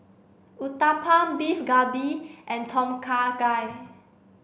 Uthapam Beef Galbi and Tom Kha Gai